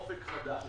זה אופק חדש.